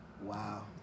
Wow